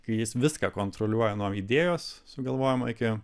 kai jis viską kontroliuoja nuo idėjos sugalvojimo iki